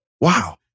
Wow